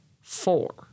four